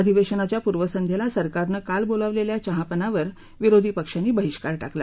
अधिवेशनाच्या पूर्वसंध्येला सरकारनं काल बोलावलेल्या चहापानावर विरोधी पक्षांनी बहिष्कार टाकला